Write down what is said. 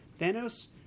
Thanos